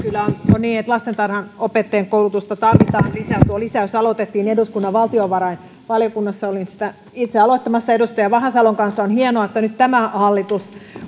on niin että lastentarhanopettajien koulutusta tarvitaan lisää tuo lisäys aloitettiin eduskunnan valtiovarainvaliokunnassa olin sitä itse aloittamassa edustaja vahasalon kanssa ja on hienoa että nyt tämä hallitus